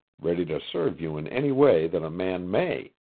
ready to serve you in any way that a man may.